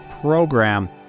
program